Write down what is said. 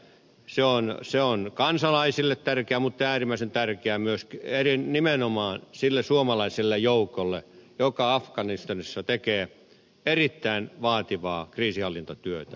se on kansalaisille tärkeä mutta äärimmäisen tärkeä nimenomaan sille suomalaiselle joukolle joka afganistanissa tekee erittäin vaativaa kriisinhallintatyötä